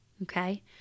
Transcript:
Okay